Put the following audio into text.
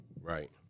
right